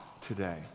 today